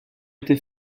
été